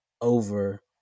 over